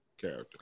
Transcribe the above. character